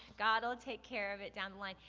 god'll take care of it down the line.